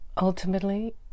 Ultimately